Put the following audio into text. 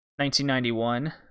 1991